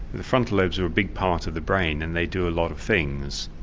the frontal lobes are a big part of the brain and they do a lot of things.